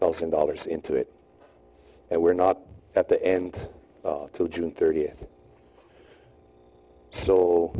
thousand dollars into it and we're not at the end to june thirtieth so